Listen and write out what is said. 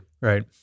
Right